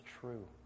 true